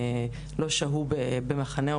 לשם.